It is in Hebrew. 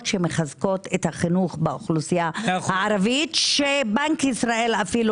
שמחזקות את החינוך באוכלוסייה הערבית שבנק ישראל אפילו